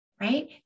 right